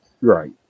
right